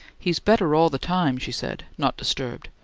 he's better all the time, she said, not disturbed.